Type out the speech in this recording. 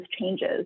changes